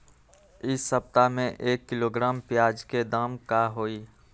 एक सप्ताह में एक किलोग्राम प्याज के दाम का होई?